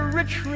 rich